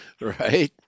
Right